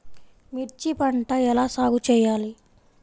మిర్చి పంట ఎలా సాగు చేయాలి?